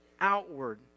outward